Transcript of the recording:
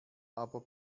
aber